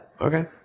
Okay